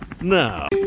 now